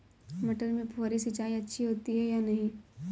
मटर में फुहरी सिंचाई अच्छी होती है या नहीं?